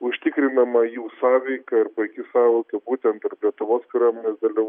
užtikrindama jų sąveika ir puiki sąveika būtent tarp lietuvos kariuomenės dalių